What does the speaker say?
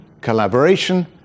collaboration